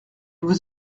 vous